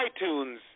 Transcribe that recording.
iTunes